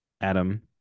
Adam